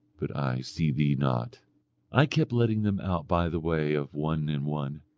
but i see thee not i kept letting them out by the way of one and one,